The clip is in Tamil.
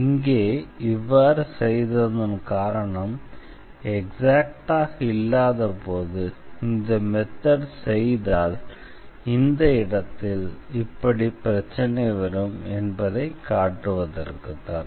இங்கே இவ்வாறு செய்ததன் காரணம் எக்ஸாக்ட்டாக இல்லாதபோது இந்த மெத்தட்ஐ செய்தால் இந்த இடத்தில் இப்படி பிரச்சினை வரும் என்பதை காட்டுவதற்குதான்